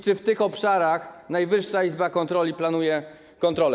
Czy w tych obszarach Najwyższa Izba Kontroli planuje kontrolę?